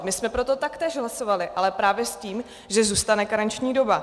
My jsme proto taktéž hlasovali, ale právě s tím, že zůstane karenční doba.